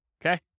Okay